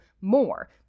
more